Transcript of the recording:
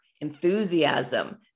enthusiasm